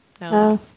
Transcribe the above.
No